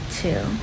two